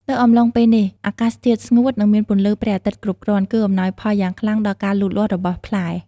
នៅអំឡុងពេលនេះ អាកាសធាតុស្ងួត និងមានពន្លឺព្រះអាទិត្យគ្រប់គ្រាន់ គឺអំណោយផលយ៉ាងខ្លាំងដល់ការលូតលាស់របស់ផ្លែ។